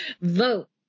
Vote